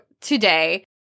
today